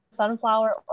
Sunflower